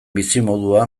bizimodua